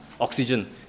oxygen